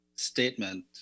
statement